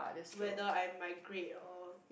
whether I migrate or